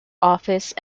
office